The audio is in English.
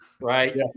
right